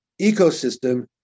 ecosystem